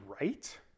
right